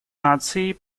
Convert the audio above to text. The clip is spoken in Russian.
наций